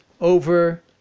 over